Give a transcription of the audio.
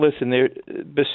Listen